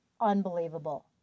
unbelievable